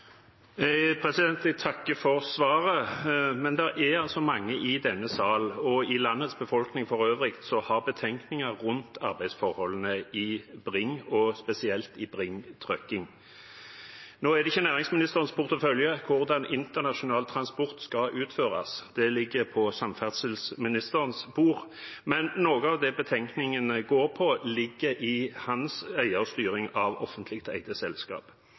Jeg takker for svaret. Det er mange i denne sal og i landets befolkning for øvrig som har betenkninger rundt arbeidsforholdene i Bring og spesielt i Bring Trucking. Nå er det ikke næringsministerens portefølje hvordan internasjonal transport skal utføres, det ligger på samferdselsministerens bord, men noe av det betenkningene går på, ligger i hans eierstyring av offentlig eide selskap.